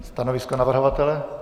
Stanovisko navrhovatele?